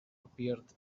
appeared